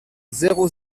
zéro